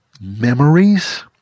memories